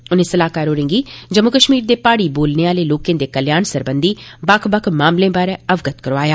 उने सलाहकार होरे'गी जम्मू कश्मीर दे प्हाड़ी बोलर्ने आहले लोके दे कल्याण सरबंधी बक्ख बक्ख मामलें बारै अवगत करोआया